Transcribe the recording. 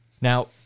Now